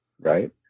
right